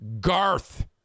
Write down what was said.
Garth